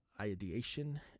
ideation